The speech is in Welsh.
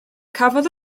cafodd